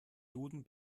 duden